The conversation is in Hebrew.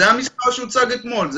זה המספר שהוצג אתמול.